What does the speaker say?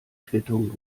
quittung